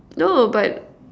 no but